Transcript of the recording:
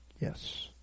Yes